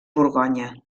borgonya